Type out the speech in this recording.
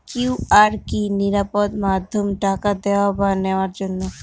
QR কি নিরাপদ মাধ্যম টাকা দেওয়া বা নেওয়ার জন্য?